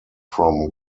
from